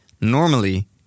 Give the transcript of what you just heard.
Normally